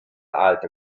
alter